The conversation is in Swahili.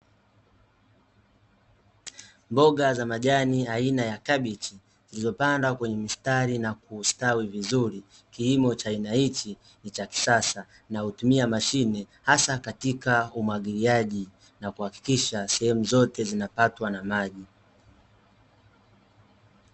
Mboga za majani aina ya kabichi zilizopandwa kwenye mstari na kustawi vizuri, kilimo cha aina hichi ni cha kisasa na hutumia mashine hasa katika umwagiliaji na kuhakikisha sehemu zote zinapatwa na maji.